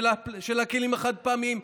של הכלים החד-פעמיים,